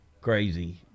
crazy